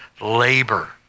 labor